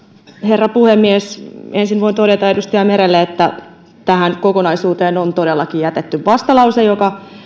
herra puhemies ensin voin todeta edustaja merelle että tähän kokonaisuuteen on todellakin jätetty vastalause joka